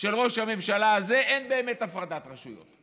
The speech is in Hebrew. של ראש הממשלה הזה, אין באמת הפרדת רשויות.